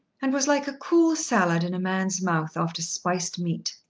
and was like a cool salad in a man's mouth after spiced meat.